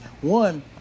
one